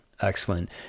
excellent